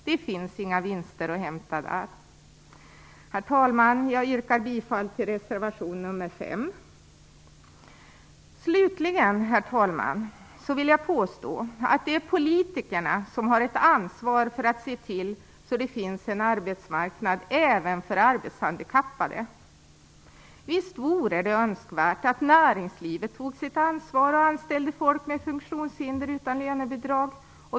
Det finns inga vinster att hämta där. Herr talman! Jag yrkar bifall till reservation nr 5. Jag vill påstå, herr talman, att det är politikerna som har ett ansvar för att se till att det finns en arbetsmarknad även för arbetshandikappade. Visst vore det önskvärt att näringslivet tog sitt ansvar och anställde människor med funktionshinder utan lönebidrag.